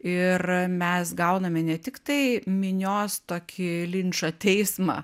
ir mes gauname ne tiktai minios tokį linčo teismą